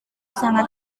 sangat